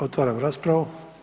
Otvaram raspravu.